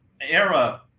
era